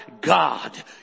God